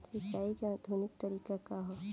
सिंचाई क आधुनिक तरीका का ह?